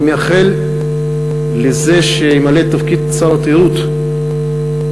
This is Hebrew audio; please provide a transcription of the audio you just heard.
אני מאחל לזה שימלא את תפקיד שר התיירות ליהנות